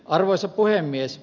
arvoisa puhemies